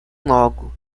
logo